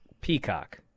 peacock